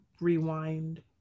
rewind